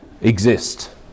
exist